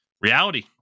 reality